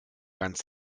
ganz